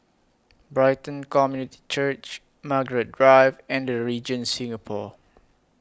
Brighton Community Church Margaret Drive and The Regent Singapore